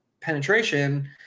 penetration